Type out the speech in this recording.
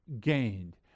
gained